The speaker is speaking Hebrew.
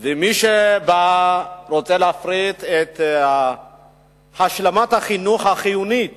ומי שבא ורוצה להפריט את השלמת החינוך החיונית